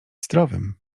zdrowym